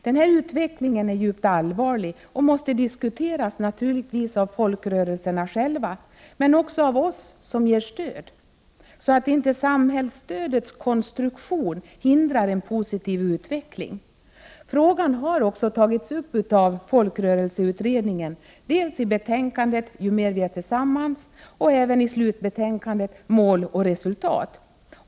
Denna utveckling är djupt allvarlig och måste naturligtvis diskuteras av folkrörelserna själva, men också av oss som ger stöd, så att inte samhällsstödets konstruktion hindrar en positiv utveckling. Frågan har också tagits upp av folkrörelseutredningen dels i betänkandet Ju mer vi är tillsammans, dels i slutbetänkandet Mål och resultat.